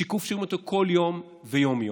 שיקוף שרואים אותו בכל יום, ויום-יום.